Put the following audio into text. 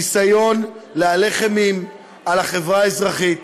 ניסיון להלך אימים על החברה האזרחית